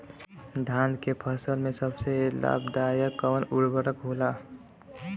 धान के फसल में सबसे लाभ दायक कवन उर्वरक होला?